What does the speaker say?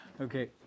Okay